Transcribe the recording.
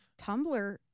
Tumblr